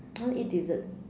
I want to eat dessert